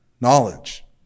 Knowledge